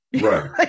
Right